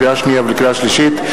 לקריאה שנייה ולקריאה שלישית,